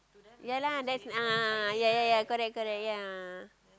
ya lah that's a'ah a'ah ya ya ya correct correct ya